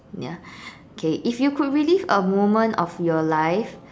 ya okay if you could relive a moment of your life